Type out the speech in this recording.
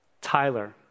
Tyler